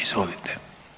Izvolite.